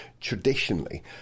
traditionally